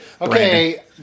Okay